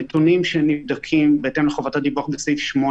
הנתונים שנבדקים בהתאם לחובת הדיווח בסעיף 8,